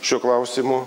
šiuo klausimu